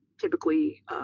typically